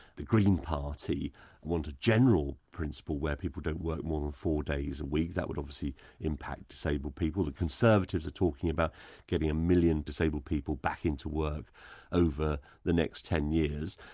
the green party want a general principle where people don't work more than four days a week, that would um obviously impact disabled people. the conservatives are talking about getting a million disabled people back into work over the next ten years.